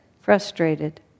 frustrated